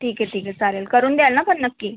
ठीक आहे ठीक आहे चालेल करून द्याल ना पण नक्की